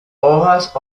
hojas